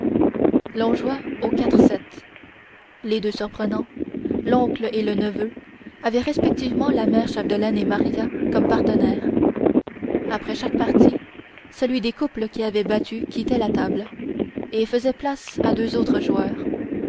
joua au quatre sept les deux surprenant l'oncle et le neveu avaient respectivement la mère chapdelaine et maria comme partenaires après chaque partie celui des couples qui avait été battu quittait la table et faisait place à deux autres joueurs